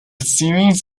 series